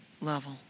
level